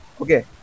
Okay